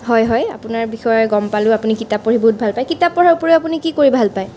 হয় হয় আপোনাৰ বিষয়ে গম পালোঁ আপুনি কিতাপ পঢ়ি বহুত ভাল পায় কিতাপ পঢ়াৰ উপৰিও আপুনি কি কি কৰি ভালপাই